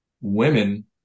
women